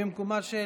במקומה של